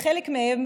לחלק מהם,